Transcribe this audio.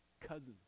cousins